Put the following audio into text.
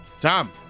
Tom